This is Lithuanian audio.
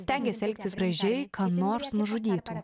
stengėsi elgtis gražiai ką nors nužudytų